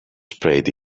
sprayed